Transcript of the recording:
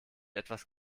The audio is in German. etwas